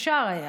אפשר היה,